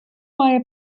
має